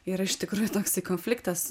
yra iš tikrųjų toksai konfliktas